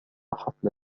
حفل